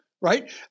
right